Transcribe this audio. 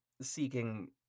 seeking